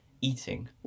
eating